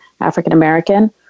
African-American